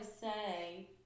say